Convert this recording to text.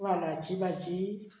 वालांची भाजी